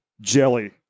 Jelly